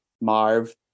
Marv